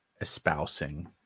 espousing